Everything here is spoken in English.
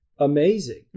amazing